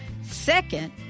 Second